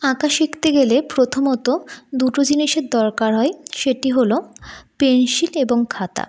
আঁকা শিখতে গেলে প্রথমত দুটো জিনিসের দরকার হয় সেটি হল পেনসিল এবং খাতা